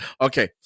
Okay